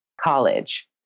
college